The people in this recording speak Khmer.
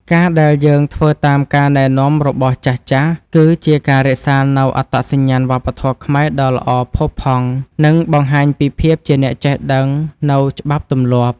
ការណ៍ដែលយើងធ្វើតាមការណែនាំរបស់ចាស់ៗ គឺ ជាការរក្សានូវអត្តសញ្ញាណវប្បធម៌ខ្មែរដ៏ល្អផូរផង់ និងបង្ហាញពីភាពជាអ្នកចេះដឹងនូវច្បាប់ទម្លាប់។